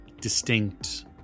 distinct